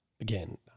again